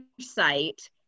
site